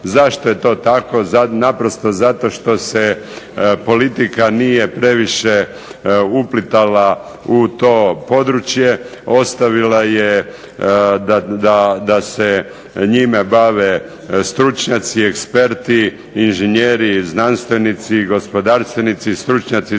Zašto je to tako? Naprosto zato što se politika nije previše uplitala u to područje, ostavila je da se njime bave stručnjaci, eksperti, inženjeri i znanstvenici, gospodarstvenici, stručnjaci